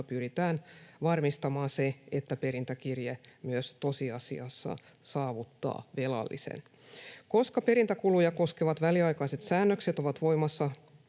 pyritään varmistamaan, että perintäkirje myös tosiasiassa saavuttaa velallisen. Koska perintäkuluja koskevat väliaikaiset säännökset ovat voimassa